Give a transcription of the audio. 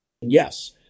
Yes